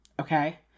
okay